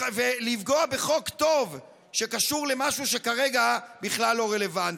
לפגוע בחוק טוב שקשור למשהו שכרגע בכלל לא רלוונטי.